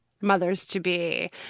mothers-to-be